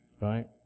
right